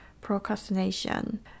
procrastination